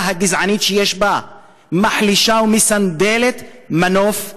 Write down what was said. הגזענית שיש בה מחלישה ומסנדלת מנוף זה.